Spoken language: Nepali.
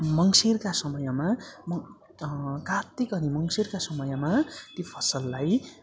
मङ्सिरका समयमा कार्तिक अनि मङ्सिरका समयमा ती फसललाई